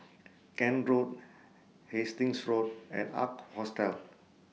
Kent Road Hastings Road and Ark Hostel